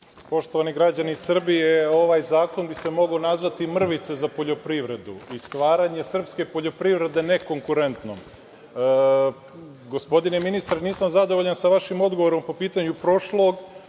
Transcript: Poštovani građani Srbije, ovaj zakon bi se mogao nazvati „mrvice za poljoprivredu“ i stvaranje srpske poljoprivrede nekonkurentnom. Gospodine ministre, nisam zadovoljan sa vašim odgovorom po pitanju prošlog